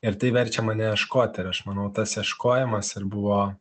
ir tai verčia mane ieškoti ir aš manau tas ieškojimas ir buvo